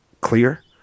Clear